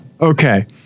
okay